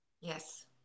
Yes